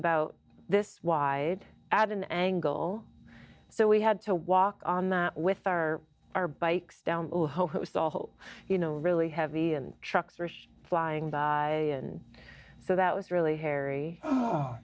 about this wide at an angle so we had to walk on that with our our bikes down to host all you know really heavy and trucks were flying by and so that was really hairy